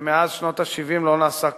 שמאז שנות ה-70 לא נעשה כמוהו.